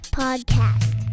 podcast